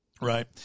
Right